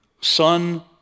Son